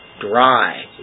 Dry